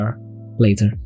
later